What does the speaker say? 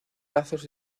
lazos